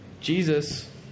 Jesus